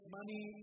money